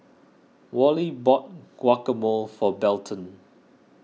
Wally bought Guacamole for Belton